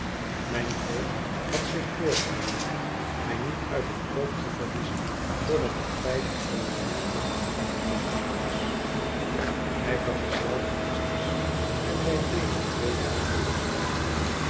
mijn voogd had zich voorgenomen mij niet uit het oog te verliezen voordat ik veilig in het huis van mijnheer doythorn was hij vergezelde ons dus en wij bleven twee dagen onderweg